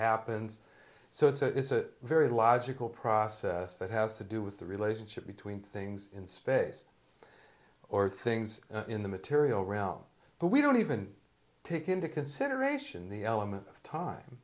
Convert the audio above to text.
happens so it's a very logical process that has to do with the relationship between things in space or things in the material realm but we don't even take into consideration the element of time